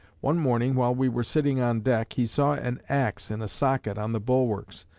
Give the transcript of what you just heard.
one morning, while we were sitting on deck, he saw an axe in a socket on the bulwarks,